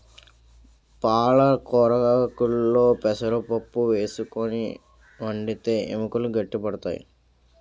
పాలకొరాకుల్లో పెసరపప్పు వేసుకుని వండితే ఎముకలు గట్టి పడతాయి